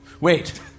Wait